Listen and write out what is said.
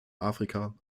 afrika